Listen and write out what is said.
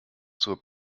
zur